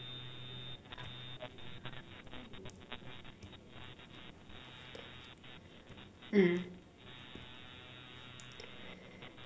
mm